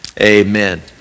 Amen